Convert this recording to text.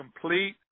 complete